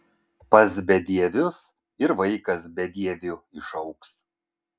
pas bedievius ir vaikas bedieviu išaugs